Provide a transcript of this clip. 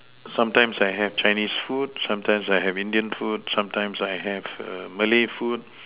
sometimes I have Chinese food sometimes I have Indian food sometimes I have err Malay food